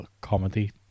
comedy